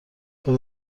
باد